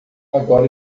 agora